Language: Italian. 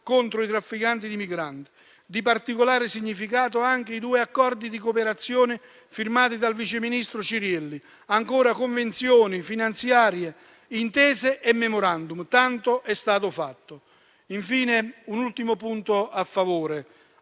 contro i trafficanti di migranti. Particolare significato hanno anche i due Accordi di cooperazione firmati dal vice ministro Cirielli e, ancora, convenzioni finanziarie, intese e *memorandum*. Tanto è stato fatto. Infine, un ultimo punto a favore,